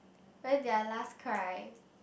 when did I last cry